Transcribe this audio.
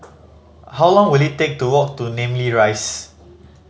how long will it take to walk to Namly Rise